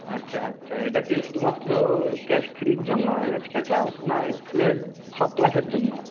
আচ্ছা আচ্ছা এটা কি শুধুমাত্র ক্লাস থ্রির জন্য এক্সট্রা ক্লাস না স্কুলের সব ক্লাসের জন্য